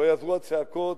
לא יעזרו הצעקות,